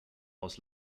aus